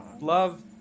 love